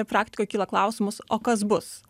praktikoj kyla klausimas o kas bus